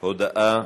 הודעה